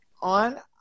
On